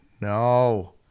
No